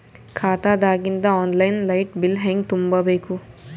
ಖಾತಾದಾಗಿಂದ online light bill ಹೇಂಗ ತುಂಬಾ ಬೇಕು?